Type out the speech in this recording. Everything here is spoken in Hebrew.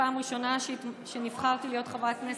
בפעם ראשונה שנבחרתי להיות חברת כנסת,